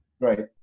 right